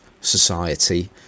society